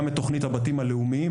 גם את תוכנית הבתים הלאומיים.